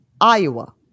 Iowa